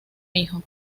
hijo